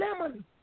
Lemon